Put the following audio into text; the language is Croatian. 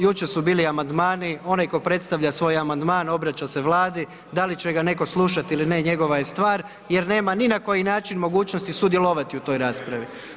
Jučer su bili amandmani, onaj tko predstavlja svoj amandman obraća se Vladi da li će ga neko slušati ili ne, njegova je stvar jer nema ni na koji način mogućnosti sudjelovati u toj raspravi.